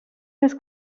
his